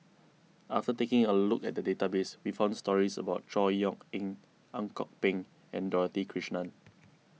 after taking a look at the database we found stories about Chor Yeok Eng Ang Kok Peng and Dorothy Krishnan